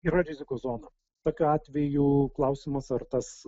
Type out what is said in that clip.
yra rizikos zona tokiu atveju klausimas ar tas